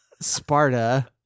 Sparta